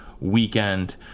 weekend